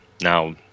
Now